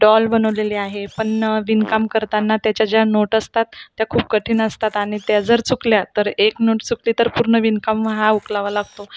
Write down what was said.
doll बनवलेली आहे पण विणकाम करताना त्याच्या ज्या नोट असतात त्या खूप कठीण असतात आणि त्या जर चुकल्या तर एक नोट सुटली तर पूर्ण विणकाम हा उकलावा लागतो